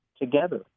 together